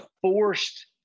forced